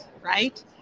right